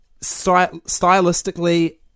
Stylistically